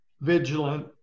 vigilant